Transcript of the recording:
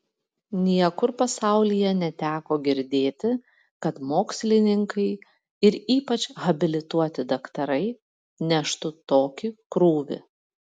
niekur pasaulyje neteko girdėti kad mokslininkai ir ypač habilituoti daktarai neštų tokį krūvį